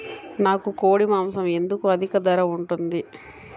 నాకు కోడి మాసం ఎందుకు అధిక ధర ఉంటుంది?